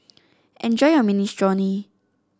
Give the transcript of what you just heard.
enjoy your Minestrone